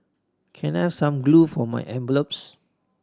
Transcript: can I have some glue for my envelopes